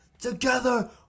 Together